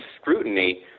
scrutiny